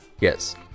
Yes